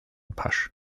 pasch